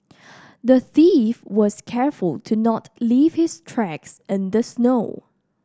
the thief was careful to not leave his tracks in the snow